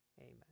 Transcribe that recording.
Amen